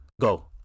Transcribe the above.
go